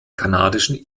kanadischen